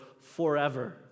forever